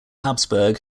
habsburg